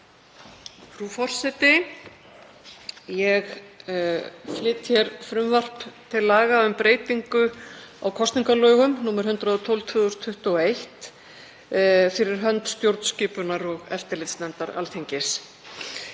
Frú forseti. Ég flyt hér frumvarp til laga um breytingu á kosningalögum, nr. 112/2021, fyrir hönd stjórnskipunar- og eftirlitsnefndar Alþingis.